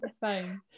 fine